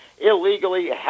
illegally